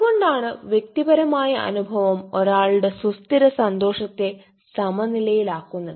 അതുകൊണ്ടാണ് വ്യക്തിപരമായ അനുഭവം ഒരാളുടെ സുസ്ഥിര സന്തോഷത്തെ സമനിലയിലാക്കുന്നത്